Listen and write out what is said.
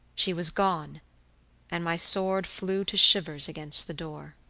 she was gone and my sword flew to shivers against the door.